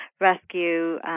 rescue